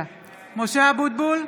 (קוראת בשמות חברי הכנסת) משה אבוטבול,